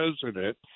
president